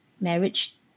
marriage